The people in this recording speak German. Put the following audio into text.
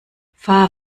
fahr